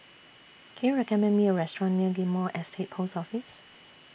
Can YOU recommend Me A Restaurant near Ghim Moh Estate Post Office